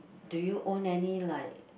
do you own any like